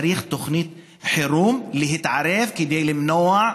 צריך תוכנית חירום להתערב כדי למנוע,